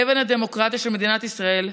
אבן הדמוקרטיה של מדינת ישראל,